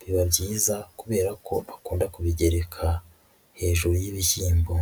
Biba byiza kubera ko akunda kubigereka hejuru y'ibishyimbo.